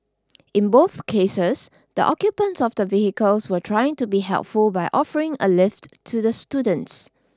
in both cases the occupants of the vehicles were trying to be helpful by offering a lift to the students